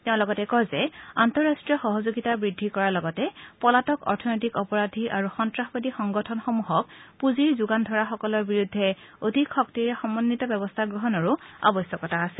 তেওঁ লগতে কয় যে আন্তঃৰাষ্টীয় সহযোগিতা বৃদ্ধি কৰাৰ লগতে পলাতক অৰ্থনৈতিক অপৰাধী আৰু সন্ত্ৰাসবাদী সংগঠনসমূহক পুঁজি যোগান ধৰাসকলৰ বিৰুদ্ধে অধিক শক্তিৰে সমন্বিত ব্যৱস্থা গ্ৰহণৰো আৱশ্যকতা আছে